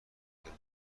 میکنه